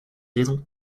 raisons